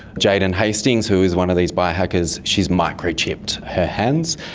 jaden hastings who is one of these biohackers, she has microchipped her hands,